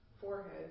forehead